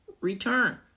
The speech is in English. return